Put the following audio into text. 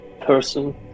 person